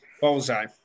Bullseye